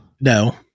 No